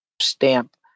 stamp